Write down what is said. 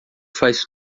faz